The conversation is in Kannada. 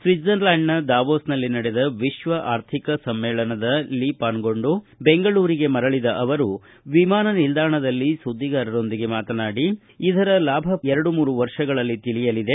ಸ್ವಿಟ್ಜರ್ಲ್ಯಾಂಡ್ನ ದಾವೋಸ್ನಲ್ಲಿ ನಡೆದ ವಿಶ್ವಆರ್ಥಿಕ ಸಮ್ಮೇಳನದಲ್ಲಿ ಪಾಲ್ಗೊಂಡು ಬೆಂಗಳೂರಿಗೆ ಮರಳದ ಅವರು ವಿಮಾನ ನಿಲ್ದಾಣದಲ್ಲಿಲ ಸುದ್ದಿಗಾರರೊಂದಿಗೆ ಮಾತನಾಡಿ ಇದರ ಲಾಭ ಎರಡು ಮೂರು ವರ್ಷಗಳಲ್ಲಿ ತಿಳಿಯಲಿದೆ